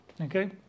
Okay